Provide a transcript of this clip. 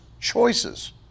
choices